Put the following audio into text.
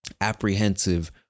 apprehensive